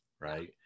right